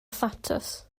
thatws